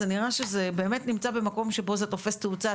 זה נראה שזה באמת נמצא במקום שזה תופס תאוצה,